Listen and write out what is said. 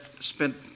spent